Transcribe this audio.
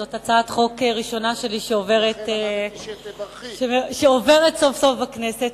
זאת הצעת חוק ראשונה שלי שעוברת סוף-סוף בכנסת,